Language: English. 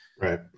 Right